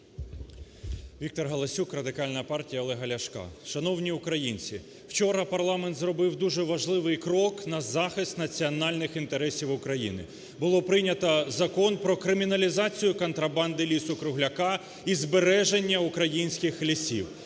Віктор Галасюк, Радикальна партія Олега Ляшка. Шановні українці, вчора парламент зробив дуже важливий крок на захист національних інтересів України. Було прийнято Закон про криміналізацію контрабанди лісу-кругляка і збереження українських лісів.